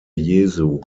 jesu